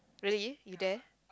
really you dare